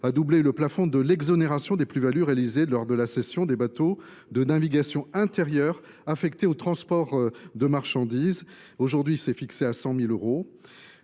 à doubler le plafond de l’exonération des plus values réalisées lors de la cession de bateaux de navigation intérieure affectés au transport de marchandises, qui est aujourd’hui fixé à 100 000 euros,